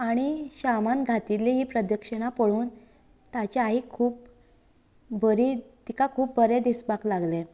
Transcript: आनी श्यामान घातिल्ली ही प्रदिक्षीणां पळोवन ताचे आईक खूब बरी तिका खूब बरें दिसपाक लागले